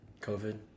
COVID